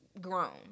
grown